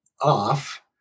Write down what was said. off